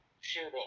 shooting